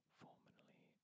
formerly